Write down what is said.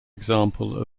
example